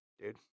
dude